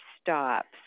stops